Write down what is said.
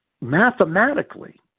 Mathematically